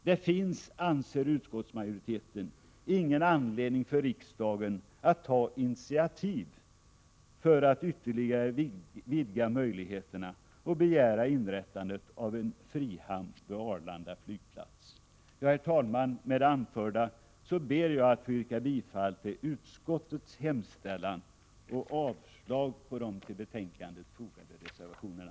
Det finns, anser utskottsmajoriteten, ingen anledning för riksdagen att ta initiativ för att ytterligare vidga dessa möjligheter och begära inrättande av en frihamn vid Arlanda flygplats. Herr talman! Med det anförda ber jag att få yrka bifall till utskottets hemställan och avslag på de till betänkandet fogade reservationerna.